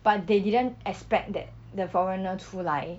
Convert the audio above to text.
but they didn't expect that the foreigner 出来